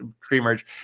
pre-merge